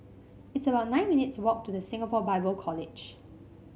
it's about nine minutes' walk to The Singapore Bible College